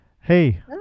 Hey